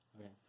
Okay